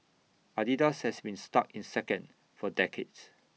Adidas has been stuck in second for decades